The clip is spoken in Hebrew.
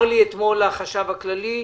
אמר לי אתמול החשב הכללי,